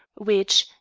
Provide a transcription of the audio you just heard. which,